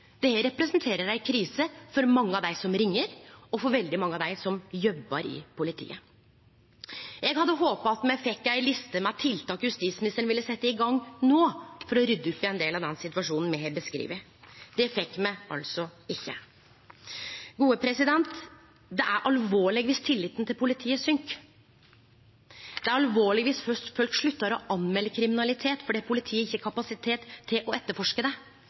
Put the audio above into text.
representerer ei krise for mange av dei som ringjer, og for veldig mange av dei som jobbar i politiet. Eg hadde håpa at me fekk ei liste med tiltak justisministeren ville setje i gang med no for å rydde opp i ein del av den situasjonen me har beskrive. Det fekk me altså ikkje. Det er alvorleg viss tilliten til politiet søkk. Det er alvorleg viss folk sluttar å melde kriminalitet fordi politiet ikkje har kapasitet til å etterforske. Det